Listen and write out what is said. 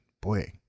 boy